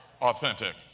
authentic